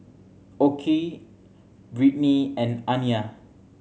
Okey Brittnee and Aniya